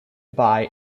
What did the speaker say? buy